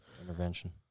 Intervention